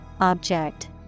object